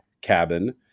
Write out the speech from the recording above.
cabin